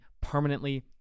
permanently